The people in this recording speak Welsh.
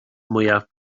mwyaf